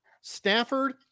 Stafford